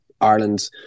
Ireland